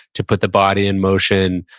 to put the body in motion,